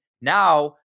now